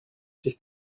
sich